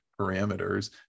parameters